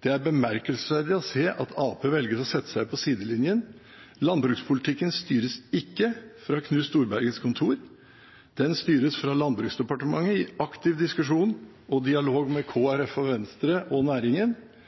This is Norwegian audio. Det er bemerkelsesverdig å se at Arbeiderpartiet velger å sette seg på sidelinjen. Landbrukspolitikken styres ikke fra Knut Storbergets kontor. Den styres fra Landbruksdepartementet, i aktiv diskusjon og dialog med Kristelig Folkeparti og Venstre og næringen,